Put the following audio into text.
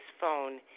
phone